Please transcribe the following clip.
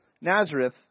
Nazareth